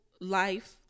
life